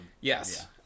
Yes